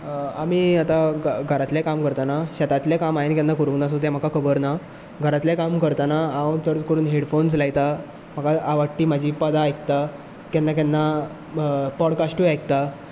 आमी आतां घरांतलें काम करताना शेतांतलें काम हायन केन्ना कोरूंक ना सो तें माका खबर ना घरांतलें काम करताना हांव चड करून हेडफोन्स लायता माका आवाडटी म्हजीं पदां आयकतात केन्ना केन्ना पॉडकाश्टूय आयकतां